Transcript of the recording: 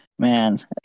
Man